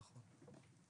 נכון.